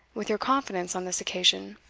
with your confidence on this occasion?